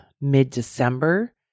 mid-December